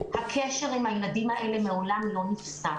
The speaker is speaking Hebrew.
הקשר עם הילדים האלה מעולם לא נפסק.